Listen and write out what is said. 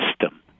system